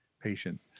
patient